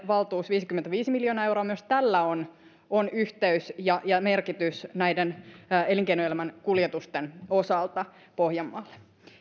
valtuus viisikymmentäviisi miljoonaa euroa on on yhteys ja ja merkitys elinkeinoelämän kuljetusten osalta pohjanmaalle